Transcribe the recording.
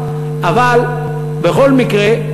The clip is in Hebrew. אבל בכל מקרה,